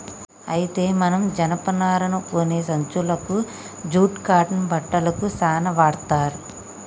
అయితే మనం జనపనారను గోనే సంచులకు జూట్ కాటన్ బట్టలకు సాన వాడ్తర్